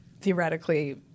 theoretically